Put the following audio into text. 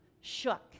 shook